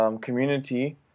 community